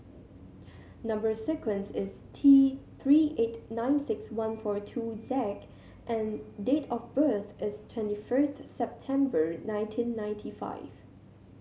number sequence is T Three eight nine six one four two Z and date of birth is twenty first September nineteen ninety five